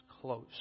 close